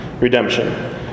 redemption